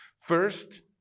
First